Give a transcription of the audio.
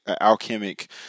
alchemic